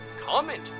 comment